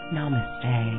Namaste